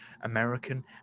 American